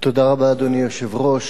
אדוני היושב-ראש,